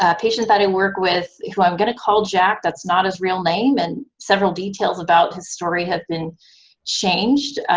ah patient that i and work with who i'm going to call jack that's not his real name and several details about his story have been changed.